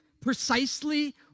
precisely